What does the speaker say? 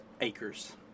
Acres